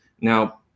now –